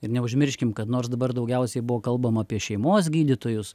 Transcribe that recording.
ir neužmirškim kad nors dabar daugiausiai buvo kalbama apie šeimos gydytojus